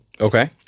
Okay